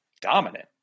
dominant